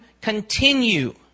continue